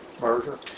Murder